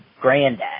granddad